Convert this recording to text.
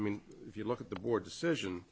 i mean if you look at the board decision